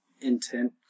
intent